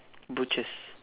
butchers